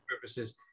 purposes